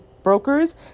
brokers